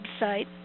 website